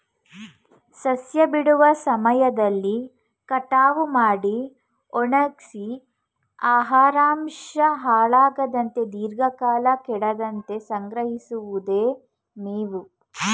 ಸಸ್ಯ ಬಿಡುವ ಸಮಯದಲ್ಲಿ ಕಟಾವು ಮಾಡಿ ಒಣಗ್ಸಿ ಆಹಾರಾಂಶ ಹಾಳಾಗದಂತೆ ದೀರ್ಘಕಾಲ ಕೆಡದಂತೆ ಸಂಗ್ರಹಿಸಿಡಿವುದೆ ಮೇವು